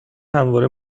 همواره